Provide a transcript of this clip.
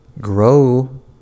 Grow